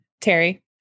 Terry